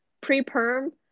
pre-perm